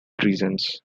reasons